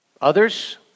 Others